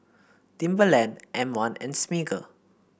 Timberland M one and Smiggle